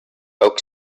oak